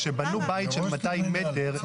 כשבנו בית של 200 מ"ר,